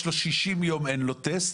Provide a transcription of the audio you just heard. אין לו טסט,